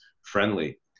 friendly